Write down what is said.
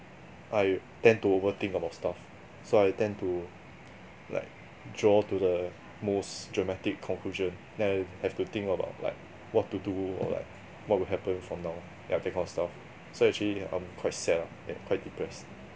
I tend to overthink about stuff so I tend to like draw to the most dramatic conclusion then I have to think about like what to do or like what will happen from now yeah that kind of stuff so actually I'm quite sad lah quite depressed